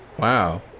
Wow